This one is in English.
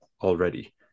already